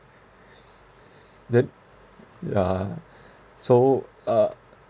then yeah so uh